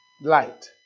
Light